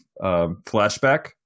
flashback